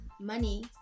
money